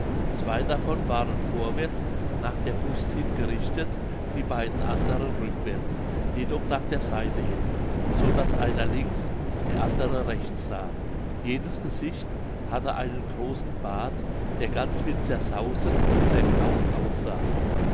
zwei davon waren vorwärts nach der brust hin gerichtet die beiden anderen rückwärts jedoch nach der seite hin so daß einer links der andere rechts sah jedes gesicht hatte einen großen bart der ganz wie zerzauset und zerkaut aussah